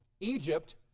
Egypt